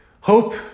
Hope